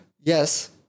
yes